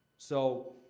so,